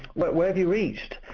but where have you reached?